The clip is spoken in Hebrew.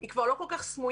היא כבר לא כל כך סמויה.